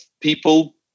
people